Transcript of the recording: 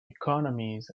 economies